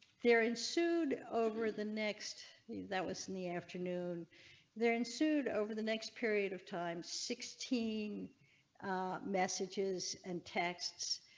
there ensued over the next need that was in the afternoon there ensued over the next period of time sixteen messages and texts.